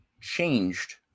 changed